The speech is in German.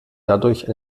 dadurch